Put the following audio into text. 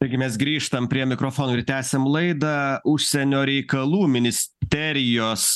taigi mes grįžtam prie mikrofono ir tęsiam laidą užsienio reikalų ministerijos